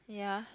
yeah